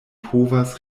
povas